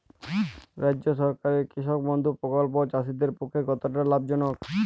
রাজ্য সরকারের কৃষক বন্ধু প্রকল্প চাষীদের পক্ষে কতটা লাভজনক?